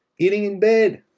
eating in bed.